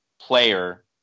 player